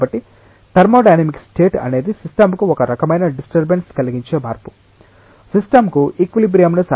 కాబట్టి thermodynamic state అనేది సిస్టంకు ఒక రకమైన డిస్టర్బన్స్ కలిగించే మార్పు సిస్టంకు ఈక్విలిబ్రియంను సాధించడానికి సమయం అవసరం